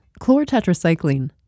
Chlorotetracycline